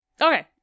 Okay